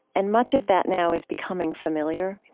and much of that now is becoming familiar. you know,